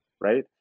right